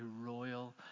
royal